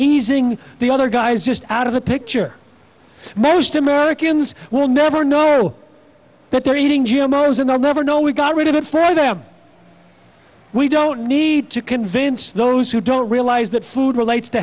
easing the other guy's just out of the picture most americans will never know that they're eating g m o never know we got rid of it for them we don't need to convince those who don't realize that food relates to